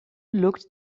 looked